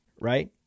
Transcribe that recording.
right